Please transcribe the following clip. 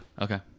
Okay